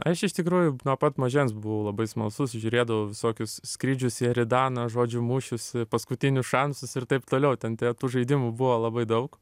aš iš tikrųjų nuo pat mažens buvau labai smalsus žiūrėdavau visokius skrydžius į eridaną žodžių mūšius paskutinius šansus ir taip toliau ten tie tų žaidimų buvo labai daug